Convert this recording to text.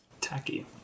Tacky